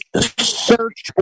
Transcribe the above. search